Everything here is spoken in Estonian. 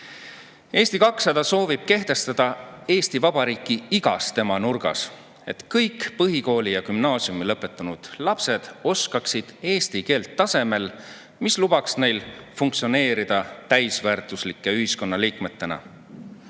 Eesti 200 soovib [saavutada] Eesti Vabariigi igas nurgas, et kõik põhikooli ja gümnaasiumi lõpetanud lapsed oskaksid eesti keelt tasemel, mis lubaks neil funktsioneerida täisväärtuslike ühiskonna liikmetena.